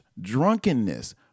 drunkenness